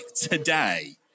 today